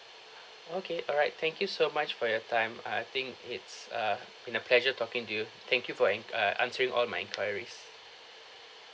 okay alright thank you so much for your time I I think it's uh in a pleasure talking to you thank you for en~ uh answering all my enquiries